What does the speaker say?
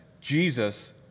Jesus